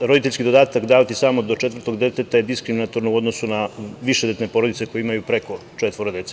roditeljski dodatak davati samo do četvrtog deteta je diskriminatorno u odnosu na višededetne porodice koje imaju preko četvoro dece.